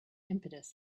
impetus